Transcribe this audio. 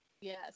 Yes